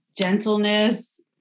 gentleness